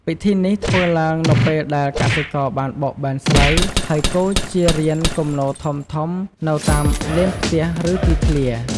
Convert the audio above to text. ពិធីនេះធ្វើឡើងនៅពេលដែលកសិករបានបោកបែនស្រូវ ហើយគរជារានគំនរធំៗនៅតាមលានផ្ទះ ឬទីធ្លា។